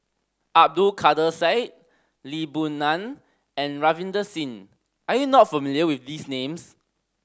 Abdul Kadir Syed Lee Boon Ngan and Ravinder Singh are you not familiar with these names